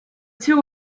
two